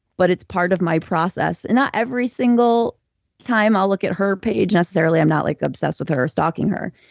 but it's part of my process. and not every single time i'll look at her page necessarily. i'm not like obsessed with her or stalking her.